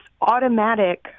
automatic